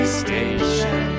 station